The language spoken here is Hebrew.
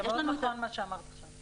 זה מאוד נכון מה שאמרת עכשיו.